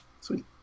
Sweet